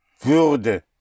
Würde